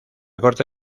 corta